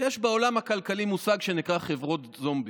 יש בעולם הכלכלי מושג שנקרא "חברות זומבי".